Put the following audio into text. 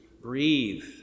breathe